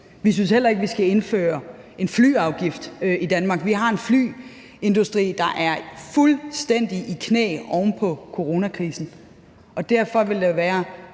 Vi synes heller ikke, vi skal indføre en flyafgift i Danmark. Vi har en luftfartsindustri, der er fuldstændig i knæ oven på coronakrisen. Derfor ville det være